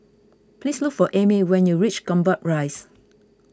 please look for Amey when you reach Gombak Rise